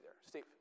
Steve